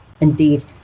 Indeed